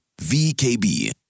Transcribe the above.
VKB